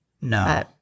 No